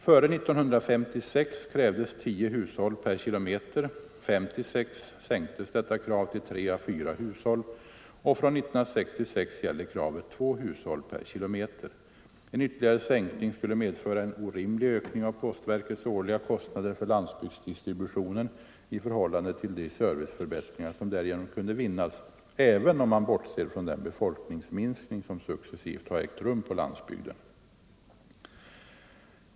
Före år 1956 krävdes 10 hushåll per km, 1956 sänktes detta krav till 3 å 4 hushåll, och från 1966 gäller kravet 2 hushåll per km. En ytterligare sänkning skulle medföra en orimlig ökning av postverkets årliga kostnader för 83 landsbygdsdistributionen i förhållande till de serviceförbättringar som därigenom kunde vinnas, även om man bortser från den befolkningsminskning som successivt har ägt rum på landsbygden.